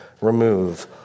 remove